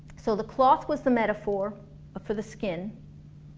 so the cloth was the metaphor for the skin